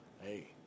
Hey